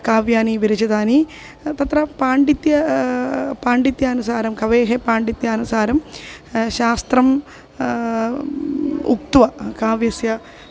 काव्यानि विरचितानि तत्र पाण्डित्यं पाण्डित्यानुसारं कवेः पाण्डित्यानुसारं शास्त्रम् उक्त्वा काव्यस्य